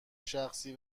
شخصی